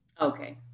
okay